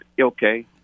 Okay